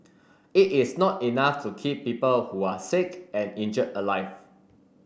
it is not enough to keep people who are sick and injured alive